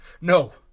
no